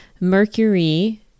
Mercury